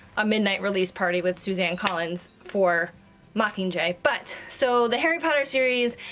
a midnight release party with suzanne collins for mockingjay. but, so the harry potter series,